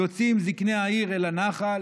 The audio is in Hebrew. יוצאים זקני העיר אל הנחל